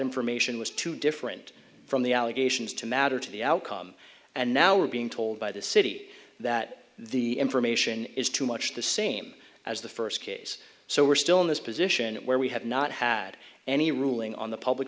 information was too different from the allegations to matter to the outcome and now we're being told by the city that the information is too much the same as the first case so we're still in this position where we have not had any ruling on the public